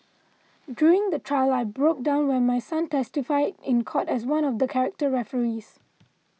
during the trial I broke down when my son testified in court as one of the character referees